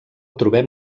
trobem